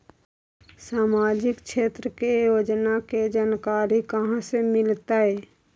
सामाजिक क्षेत्र के योजना के जानकारी कहाँ से मिलतै?